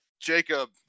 Jacob